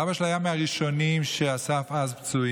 אבא שלי היה מהראשונים שאספו אז פצועים,